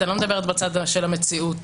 אני לא מדברת בצד של המציאות,